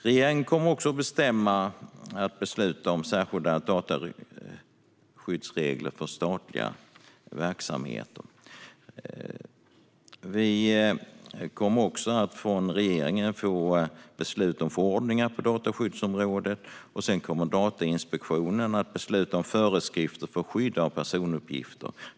Regeringen kommer att besluta om särskilda dataskyddsregler för olika statliga verksamheter och om förordningar på dataskyddsområdet. Datainspektionen kommer att besluta om föreskrifter för skydd av personuppgifter.